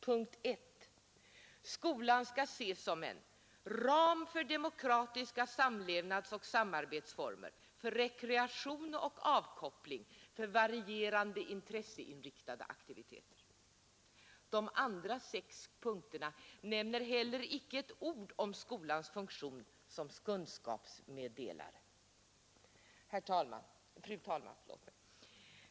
Punkt 1. Skolan skall som en ”ram för demokratiska samlevnadsoch samarbetsformer, för rekreation och avkoppling, för varierande intresseinriktade aktiviteter”. De andra sex punkterna nämner heller icke ett ord om skolans funktion som kunskapsmeddelare. Fru talman!